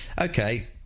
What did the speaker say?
okay